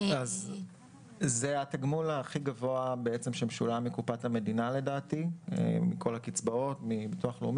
זה התגמול הכי גבוה שמשולם מקופת המדינה מכל הקצבאות מביטוח לאומי.